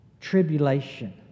tribulation